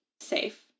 safe